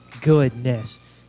goodness